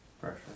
Pressure